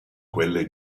quelle